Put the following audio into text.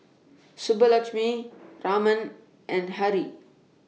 Subbulakshmi Raman and Hri